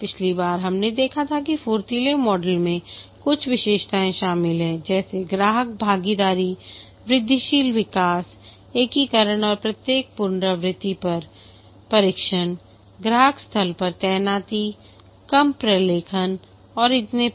पिछली बार हमने देखा था कि फुर्तीले मॉडल में कुछ विशेषताएं शामिल हैं जैसे ग्राहक भागीदारी वृद्धिशील विकास एकीकरण और प्रत्येक पुनरावृत्ति पर परीक्षण ग्राहक स्थल पर तैनाती कम प्रलेखन और इतने पर